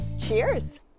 Cheers